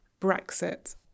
Brexit